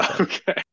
Okay